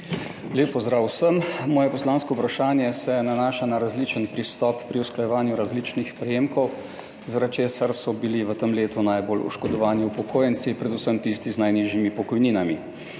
Lep pozdrav vsem! Moje poslansko vprašanje se nanaša na različen pristop pri usklajevanju različnih prejemkov, zaradi česar so bili v tem letu najbolj oškodovani upokojenci, predvsem tisti z najnižjimi pokojninami.